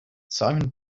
simon